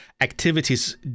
activities